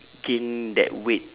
gain that weight